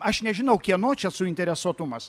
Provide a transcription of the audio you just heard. aš nežinau kieno čia suinteresuotumas